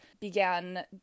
began